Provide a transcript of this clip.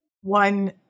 one